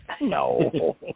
No